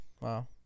Wow